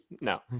No